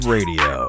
Radio